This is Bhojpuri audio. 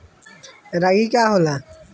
रागी का होला?